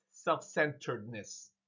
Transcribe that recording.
self-centeredness